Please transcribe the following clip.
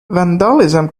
vandalism